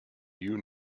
you